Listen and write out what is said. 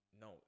No